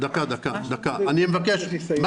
כשהוא יסיים.